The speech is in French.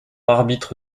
arbitre